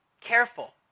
careful